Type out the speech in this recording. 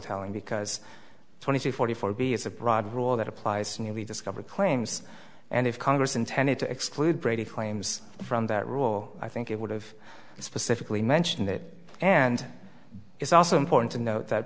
telling because twenty two forty four b is a broad rule that applies to newly discovered claims and if congress intended to exclude brady claims from that rule i think it would have specifically mentioned it and it's also important to note that